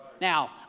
Now